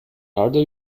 harder